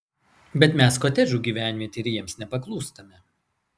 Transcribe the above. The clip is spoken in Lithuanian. bet mes kotedžų gyvenvietė ir jiems nepaklūstame